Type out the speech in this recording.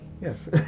yes